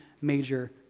major